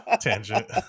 Tangent